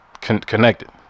connected